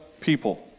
people